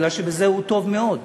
כי בזה הוא טוב מאוד.